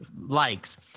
likes